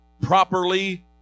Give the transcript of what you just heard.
properly